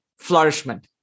flourishment